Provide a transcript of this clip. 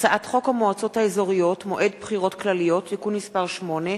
הצעתו של חבר הכנסת אייכלר כהצעה לסדר-היום,